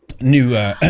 new